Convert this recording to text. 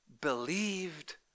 believed